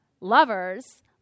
lovers